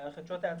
כלומר,